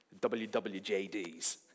WWJDs